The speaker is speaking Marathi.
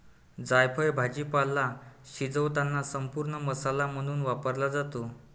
जायफळ भाजीपाला शिजवताना संपूर्ण मसाला म्हणून वापरला जातो